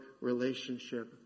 relationship